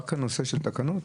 רק נושא התקנות.